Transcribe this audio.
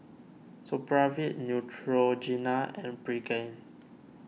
Supravit Neutrogena and Pregain